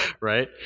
right